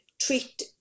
treat